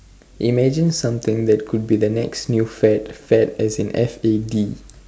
imagine something could be the next new fad fad as in F A D